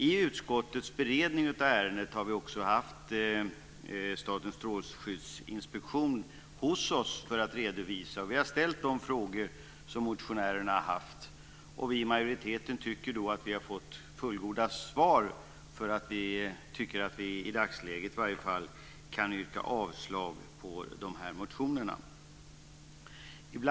I utskottets beredning av ärendet har vi också haft Statens strålskyddsinspektion hos oss för en redovisning, och vi har ställt de frågor som motionärerna har haft. Vi i majoriteten tycker att vi har fått fullgoda svar och att vi i varje fall i dagsläget kan yrka avslag på motionerna.